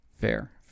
Fair